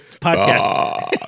podcast